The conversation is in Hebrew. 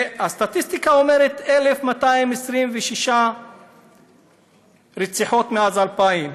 והסטטיסטיקה אומרת: 1,226 רציחות מאז 2000,